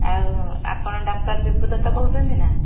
ଆଉ ଆପଣ ଡକ୍ଟର ବିଭୁ ଦତ୍ତ କହୁଛନ୍ତି ନା